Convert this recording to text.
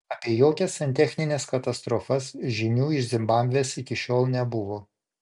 apie jokias santechnines katastrofas žinių iš zimbabvės iki šiol nebuvo